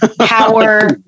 Power